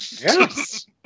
Yes